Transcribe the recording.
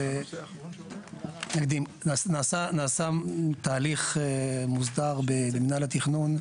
נעשה תהליך מוסדר במינהל התכנון,